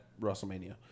WrestleMania